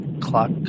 Clock